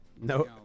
No